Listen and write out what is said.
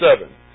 seven